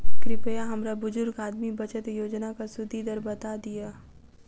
कृपया हमरा बुजुर्ग आदमी बचत योजनाक सुदि दर बता दियऽ